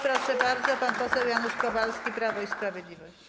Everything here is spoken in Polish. Proszę bardzo, pan poseł Janusz Kowalski, Prawo i Sprawiedliwość.